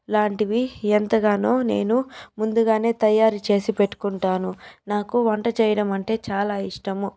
ఇలాంటివి ఎంతగానో నేను ముందుగానే తయారు చేసి పెట్టుకుంటాను నాకు వంట చేయడం అంటే చాలా ఇష్టము